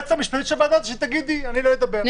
שהיועצת המשפטית של הוועדה תגיד, לא אני.